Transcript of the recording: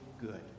good